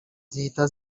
zihita